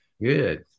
Good